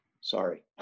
sorry